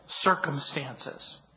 circumstances